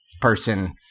person